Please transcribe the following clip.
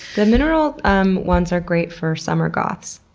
the mineral um ones are great for summer goths.